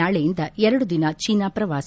ನಾಳೆಯಿಂದ ಎರಡು ದಿನ ಚೀನಾ ಪ್ರವಾಸ